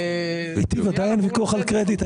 אין ויכוח על קרדיט.